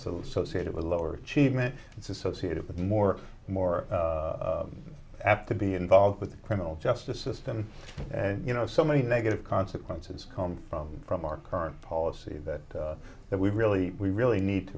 q so say to lower cheeseman it's associated with more and more apt to be involved with the criminal justice system and you know so many negative consequences come from our current policy that that we really we really need to